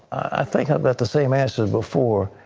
i think i've got the same answer before.